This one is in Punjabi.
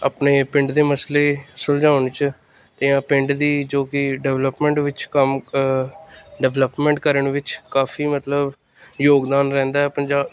ਆਪਣੇ ਪਿੰਡ ਦੇ ਮਸਲੇ ਸੁਲਝਾਉਣ 'ਚ ਜਾਂ ਪਿੰਡ ਦੀ ਜੋ ਕਿ ਡਿਵਲਪਮੈਂਟ ਵਿੱਚ ਕੰਮ ਡਿਵਲਪਮੈਂਟ ਕਰਨ ਵਿੱਚ ਕਾਫੀ ਮਤਲਬ ਯੋਗਦਾਨ ਰਹਿੰਦਾ ਹੈ ਪੰਜਾ